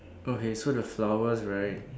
okay so the flowers right